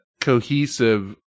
cohesive